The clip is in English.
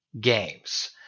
games